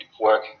work